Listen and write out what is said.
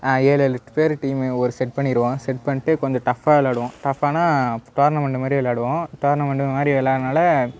ஏழேழு பேர் டீம் ஒரு செட் பண்ணிடுவோம் செட் பண்ணிட்டு கொஞ்சம் டஃப்பாக விளாடுவோம் டஃப்பானா டோர்னமெண்ட் மாதிரி விளாடுவோம் டோர்னமெண்ட் மாதிரி விளாடுறதுனால